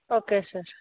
okay sir